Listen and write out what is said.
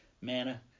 manna